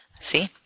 see